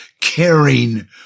caring